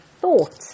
thought